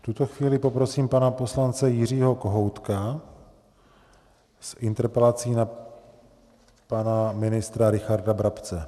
V tuto chvíli poprosím pana poslance Jiřího Kohoutka s interpelací na pana ministra Richarda Brabce.